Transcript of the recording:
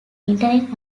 internet